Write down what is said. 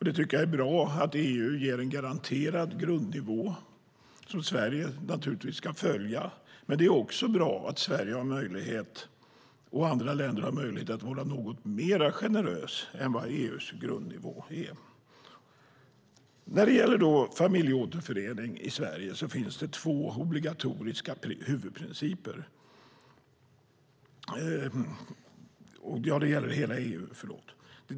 Det är bra att EU ger en garanterad grundnivå, som Sverige naturligtvis ska följa. Det är också bra att Sverige, och andra länder, har möjlighet att vara något mer generöst än vad EU:s grundnivå innebär. När det gäller familjeåterförening i EU finns två obligatoriska huvudprinciper.